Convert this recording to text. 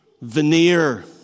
Veneer